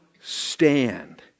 stand